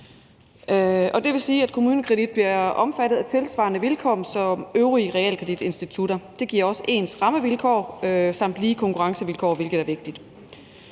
Det vil sige, at KommuneKredit bliver omfattet af tilsvarende vilkår som øvrige realkreditinstitutter. Det giver også ens rammevilkår samt lige konkurrencevilkår, hvilket er vigtigt.